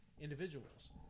individuals